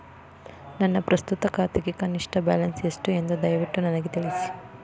ನನ್ನ ಪ್ರಸ್ತುತ ಖಾತೆಗೆ ಕನಿಷ್ಟ ಬ್ಯಾಲೆನ್ಸ್ ಎಷ್ಟು ಎಂದು ದಯವಿಟ್ಟು ನನಗೆ ತಿಳಿಸಿ